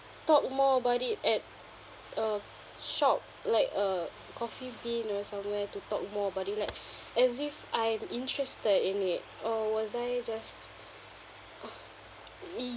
talk more about it at a shop like a coffee bean or somewhere to talk more about it like as if I'm interested in it or was I just